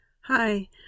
Hi